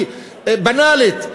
והיא בנאלית,